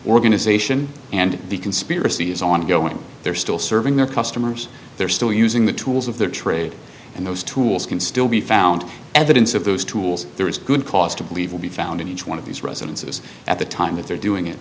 organization and the conspiracy is ongoing they're still serving their customers they're still using the tools of their trade and those tools can still be found evidence of those tools there is good cause to believe will be found in each one of these residences at the time that they're doing it